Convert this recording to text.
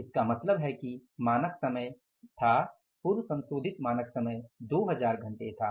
तो इसका मतलब है कि मानक समय था पूर्व संशोधित मानक समय 2000 घंटे था